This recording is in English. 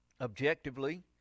Objectively